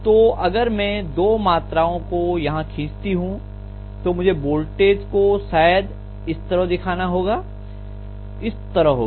तो अगर मैं दो मात्राओं को यहाँ खींचती हूँ तो मुझे वोल्टेज को शायद इस तरह दिखाना होगा इस तरह होगी